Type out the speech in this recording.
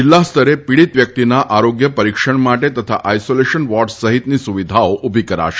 જિલ્લા સ્તરે પીડિત વ્યક્તિના આરોગ્ય પરિક્ષણ માટે આઈસોલેશન વોર્ડ સહિતની સુવિધાઓ ઉભી કરાશે